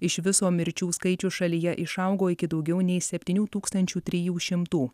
iš viso mirčių skaičius šalyje išaugo iki daugiau nei septynių tūkstančių trijų šimtų